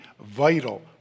vital